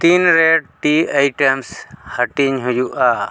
ᱛᱤᱱᱨᱮ ᱴᱤ ᱟᱭᱴᱮᱢᱥ ᱦᱟᱴᱤᱧ ᱦᱩᱭᱩᱜᱼᱟ